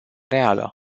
reală